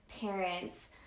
parents